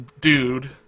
dude